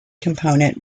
component